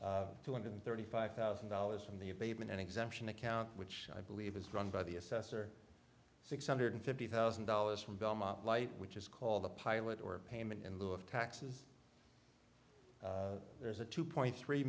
dollars two hundred thirty five thousand dollars from the abatement and exemption account which i believe is run by the assessor six hundred fifty thousand dollars from belmont light which is called the pilot or payment in lieu of taxes there's a two point three